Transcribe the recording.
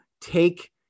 take